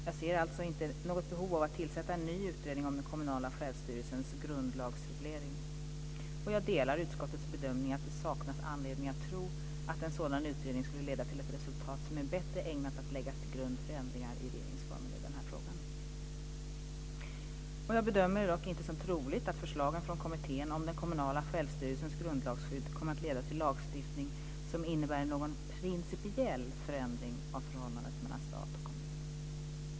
Jag ser alltså inte något behov av att tillsätta en ny utredning om den kommunala självstyrelsens grundlagsreglering. Jag delar utskottets bedömning att det saknas anledning att tro att en sådan utredning skulle leda till ett resultat som är bättre ägnat att läggas till grund för ändringar i regeringsformen i denna fråga. Jag bedömer det dock inte som troligt att förslagen från Kommittén om den kommunala självstyrelsens grundlagsskydd kommer att leda till lagstiftning som innebär någon principiell förändring av förhållandet mellan stat och kommun.